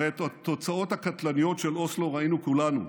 הרי את התוצאות הקטלניות של אוסלו ראינו כולנו: